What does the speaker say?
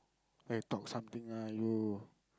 eh talk something lah you